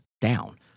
down